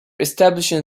establishing